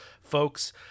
folks